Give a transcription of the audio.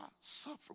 suffer